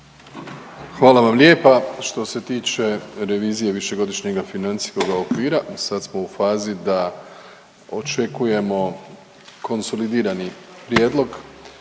Hvala vam lijepa. Što se tiče revizije višegodišnjega financijskoga okvira sad smo u fazi da očekujemo konsolidirani prijedlog